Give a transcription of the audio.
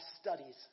studies